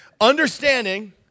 Understanding